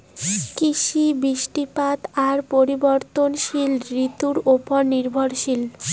কৃষি, বৃষ্টিপাত আর পরিবর্তনশীল ঋতুর উপর নির্ভরশীল